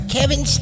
Kevin